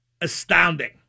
astounding